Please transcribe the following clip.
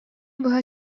быһа